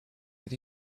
that